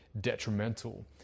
detrimental